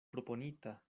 proponita